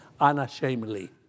unashamedly